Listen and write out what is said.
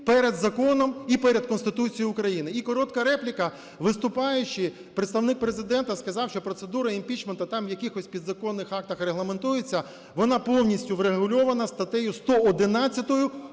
перед законом і перед Конституцію України. І коротка репліка, виступаючи, представник Президента сказав, що процедура імпічменту там в якихось підзаконних актах регламентується. Вона повністю врегульована статтею 111